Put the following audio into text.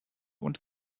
und